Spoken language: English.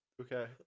Okay